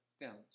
films